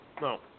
No